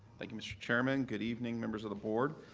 like you, mr. chairman. good evening, members of the board.